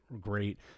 great